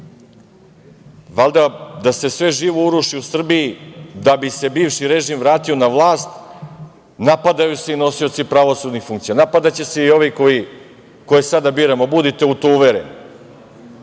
da se sve živo uruši u Srbiji da bi se bivši režim vratio na vlast napadaju se i nosioci pravosudnih funkcija, napadaće se i ovi koje sada biramo, budite u to uvereni.